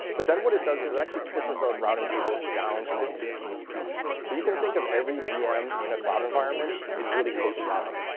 but then what it does is it actually pushes those routing tables down to the vms themselves. so you can think of every vm in a cloud environment as really host routing,